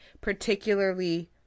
particularly